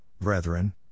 brethren